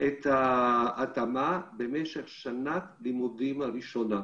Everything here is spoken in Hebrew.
את ההתאמה במשך שנת הלימודים הראשונה.